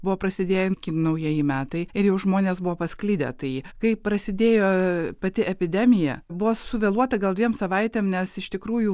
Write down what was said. buvo prasidėję kinų naujieji metai ir jau žmonės buvo pasklidę tai kai prasidėjo pati epidemija buvo suvėluota gal dviem savaitėm nes iš tikrųjų